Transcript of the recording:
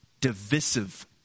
Divisive